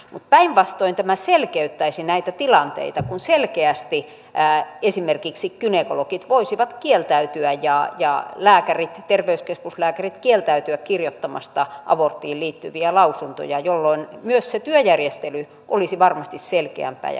mutta päinvastoin tämä selkeyttäisi näitä tilanteita kun selkeästi esimerkiksi gynekologit ja terveyskeskuslääkärit voisivat kieltäytyä kirjoittamasta aborttiin liittyviä lausuntoja jolloin myös se työjärjestely olisi varmasti selkeämpää ja helpompaa